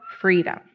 freedom